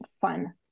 fun